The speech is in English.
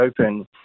Open